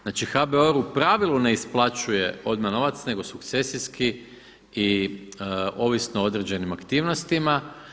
Znači HBOR u pravilu ne isplaćuje odmah novac nego sukcesijski i ovisno o određenim aktivnostima.